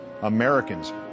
Americans